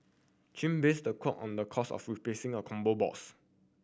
chin based the quote on the cost of replacing a combo box